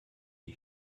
die